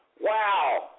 wow